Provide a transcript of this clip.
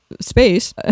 space